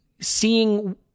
seeing